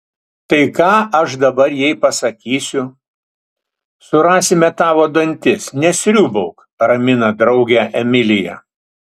tai ką aš dabar jai pasakysiu surasime tavo dantis nesriūbauk ramina draugę emilija